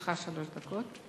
לרשותך שלוש דקות.